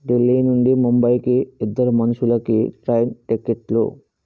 ఢిల్లీ నుండి ముంబైకి ఇద్దరు మనుషులకి ట్రైన్ టిక్కెట్లు